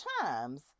times